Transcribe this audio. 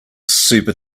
super